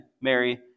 Mary